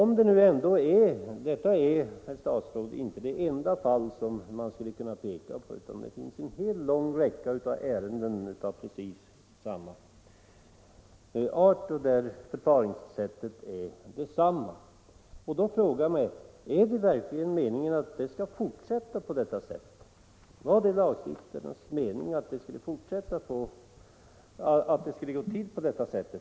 Men detta är, herr statsråd, inte det enda fall som man skulle kunna peka på, utan det finns en lång räcka ärenden av precis samma art där förfaringssättet är detsamma. Jag frågar mig: Är det verkligen meningen att det skall fortsätta på detta vis? Var det lagstiftarnas mening att det skulle gå till så här?